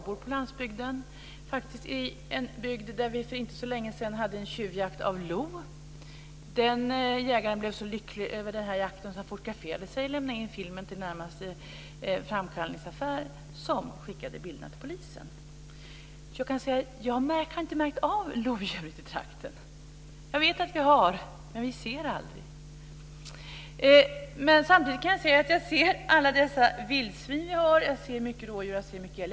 Jag bor på landsbygden, i en bygd där vi för inte så länge sedan hade en tjuvjakt på lo. Den jägaren blev så lycklig över jakten att han fotograferade sig och lämnade in filmen till närmaste framkallningsaffär, som skickade bilderna till polisen. Jag kan säga att jag inte har märkt av lodjuret i trakten. Jag vet att vi har ett, men vi ser det aldrig. Men jag ser alla dessa vildsvin som vi har, jag ser mycket rådjur och mycket älg.